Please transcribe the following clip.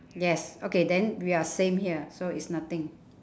yes okay then we are same here so it's nothing